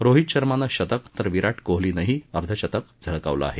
रोहित शर्मानं शतक तर विराट कोहलीनंही अर्ध शतक झळकावलं आहे